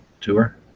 tour